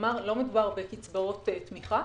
כלומר לא מדובר בקצבאות תמיכה.